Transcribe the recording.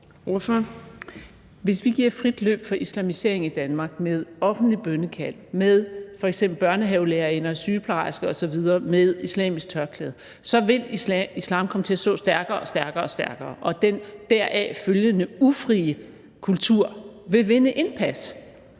Hvis vi giver frit spil for islamisering i Danmark med offentligt bønnekald, med f.eks. børnehavelærerinder og sygeplejersker osv. med islamisk tørklæde, vil islam komme til at stå stærkere, stærkere og stærkere, og den deraf følgende ufrie kultur vil vinde indpas.